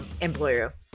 employer